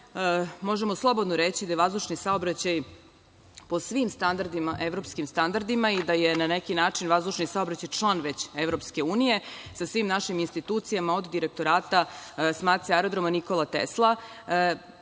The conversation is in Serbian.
možemo slobodno reći da je vazdušni saobraćaj po svim evropskim standardima i da je na neki način vazdušni saobraćaj član već Evropske unije sa svim našim institucijama, od direktorata Aerodroma „Nikola Tesla“.